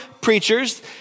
preachers